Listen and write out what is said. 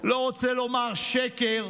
לא רוצה לומר שקר,